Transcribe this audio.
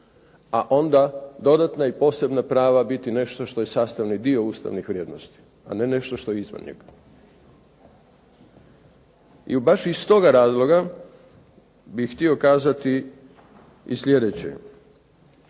a onda dodatna i posebna prava biti nešto što je sastavni dio ustavnih vrijednosti, a ne nešto što je izvan njega. I baš iz toga razloga bih htio kazati i sljedeće.